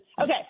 Okay